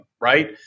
right